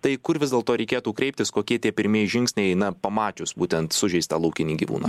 tai kur vis dėlto reikėtų kreiptis kokie tie pirmieji žingsniai jei na pamačius būtent sužeistą laukinį gyvūną